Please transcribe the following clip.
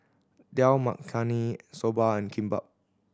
Dal Makhani Soba and Kimbap